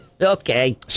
Okay